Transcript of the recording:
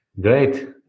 Great